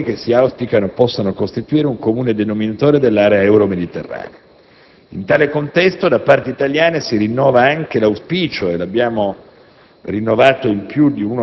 di una condivisione di quei valori che si auspica possano costituire un comune denominatore dell'area euro-mediterranea. In tale contesto, da parte italiana si rinnova anche l'auspicio - e l'abbiamo